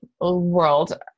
world